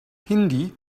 hindi